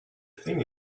thing